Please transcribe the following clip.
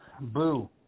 Boo